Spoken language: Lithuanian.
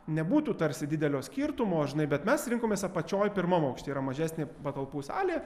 nebūtų tarsi didelio skirtumo žinai bet mes rinkomės apačioj pirmam aukšte yra mažesnė patalpų salė